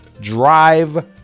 drive